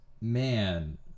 man